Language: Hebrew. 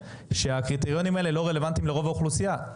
שהקריטריונים האלה לא רלוונטיים לרוב האוכלוסייה.